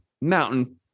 mountain